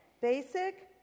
Basic